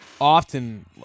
Often